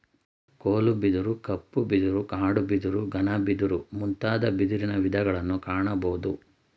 ಕೋಲು ಬಿದಿರು, ಕಪ್ಪು ಬಿದಿರು, ಕಾಡು ಬಿದಿರು, ಘನ ಬಿದಿರು ಮುಂತಾದ ಬಿದಿರಿನ ವಿಧಗಳನ್ನು ಕಾಣಬೋದು